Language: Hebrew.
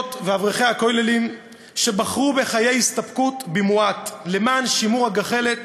הישיבות ואברכי הכוללים שבחרו בחיי הסתפקות במועט למען שימור הגחלת